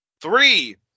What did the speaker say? Three